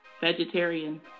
vegetarian